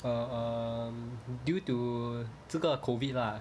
uh um due to 这个 COVID lah